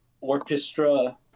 orchestra